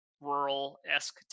rural-esque